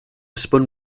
spun